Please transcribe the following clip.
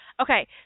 Okay